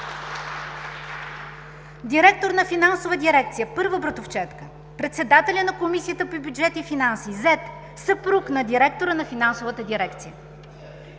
директор на Финансовата дирекция – първа братовчедка; председателят на Комисията по бюджет и финанси – зет, съпруг на директора на Финансовата дирекция,